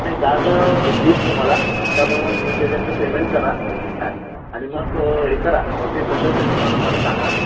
नाही कार्ड देईल तुम्हाला त्याप्रमाणे तुम्ही त्याच्याकडं पेमेंट करा काय आणि मग हे करा मग ते कसं ते तुम्हाला मला सांगा